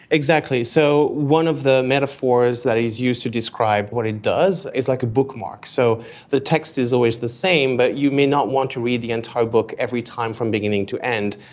exactly. so one of the metaphors that is used to describe what it does is like a bookmark. so the text is always the same, but you may not want to read the entire book every time from beginning to end,